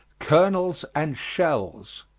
colonels and shells.